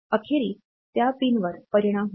अखेरीस त्या पिनवर परिणाम होईल